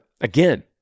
again